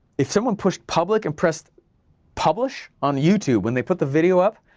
if someone pushed public and pressed publish on youtube, when they put the video up,